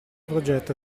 progetto